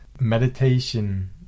meditation